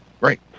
Right